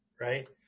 right